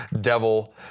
Devil